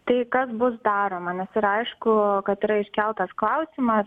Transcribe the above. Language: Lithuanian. tai kas bus daroma nes yra aišku kad yra iškeltas klausimas